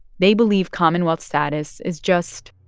they believe commonwealth status is just.